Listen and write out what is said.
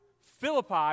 Philippi